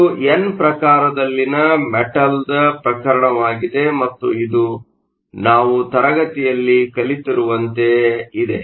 ಇದು ಎನ್ ಪ್ರಕಾರದಲ್ಲಿನ ಮೆಟಲ್ನ ಪ್ರಕರಣವಾಗಿದೆ ಮತ್ತು ಇದು ನಾವು ತರಗತಿಯಲ್ಲಿ ಕಲಿತಿರುವಂತಯೇ ಇದೆ